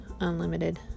unlimited